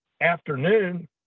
afternoon